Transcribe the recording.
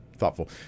thoughtful